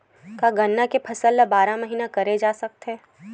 का गन्ना के फसल ल बारह महीन करे जा सकथे?